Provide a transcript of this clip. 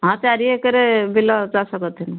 ହଁ ଚାରି ଏକେରେ ବିଲ ଚାଷ କରିଥିନୁ